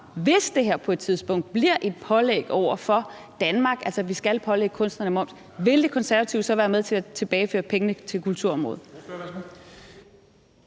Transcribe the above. Hvis Danmark på et tidspunkt bliver pålagt at gøre det, altså at vi skal pålægge kunstnerne moms, vil De Konservative så være med til at tilbageføre pengene til kulturområdet?